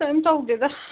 ꯀꯩꯏꯝ ꯇꯧꯗꯦꯗ